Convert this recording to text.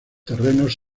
terrenos